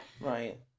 Right